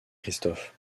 christophe